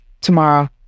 Tomorrow